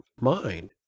mind